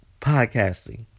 Podcasting